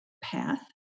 path